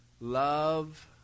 love